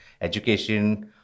education